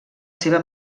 seva